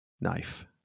knife